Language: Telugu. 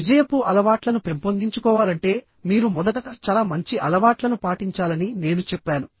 విజయపు అలవాట్లను పెంపొందించుకోవాలంటే మీరు మొదట చాలా మంచి అలవాట్లను పాటించాలని నేను చెప్పాను